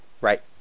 Right